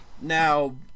Now